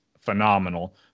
phenomenal